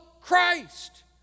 Christ